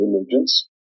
religions